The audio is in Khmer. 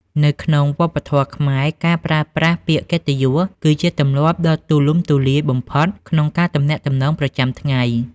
នៅក្នុងវប្បធម៌ខ្មែរ ការប្រើប្រាស់ពាក្យកិត្តិយស គឺជាទម្លាប់ដ៏ទូលំទូលាយបំផុតក្នុងការទំនាក់ទំនងប្រចាំថ្ងៃ។